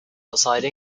outside